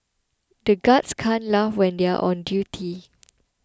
the guards can't laugh when they are on duty